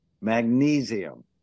magnesium